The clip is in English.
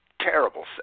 terrible